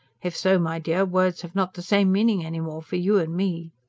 if so, my dear, words have not the same meaning any more for you and me.